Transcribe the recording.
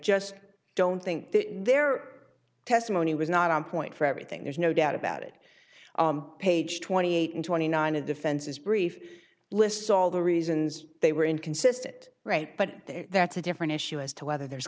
just don't think that their testimony was not on point for everything there's no doubt about it page twenty eight and twenty nine of defense's brief lists all the reasons they were inconsistent right but that's a different issue as to whether there's